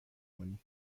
کنی